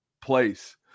place